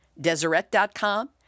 Deseret.com